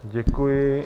Děkuji.